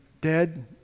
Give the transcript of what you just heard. dead